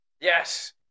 Yes